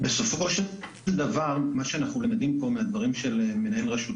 בסופו של דבר מה שאנחנו למעדים פה מהדברים של מנהל רשות